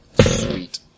Sweet